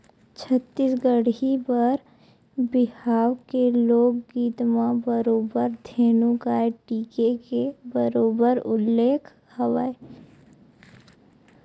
छत्तीसगढ़ी बर बिहाव के लोकगीत म बरोबर धेनु गाय टीके के बरोबर उल्लेख हवय